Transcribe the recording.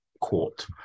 court